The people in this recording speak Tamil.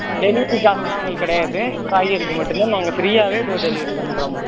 டெலிவெரி காசெல்லாம் உங்களுக்கு கிடையாது காய்கறிக்கு மட்டும் தான் நாங்கள் ஃப்ரீயாகவே டோர் டெலிவெரி பண்ணுறோம்மா